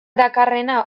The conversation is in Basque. dakarrena